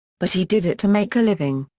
but he did it to make a living.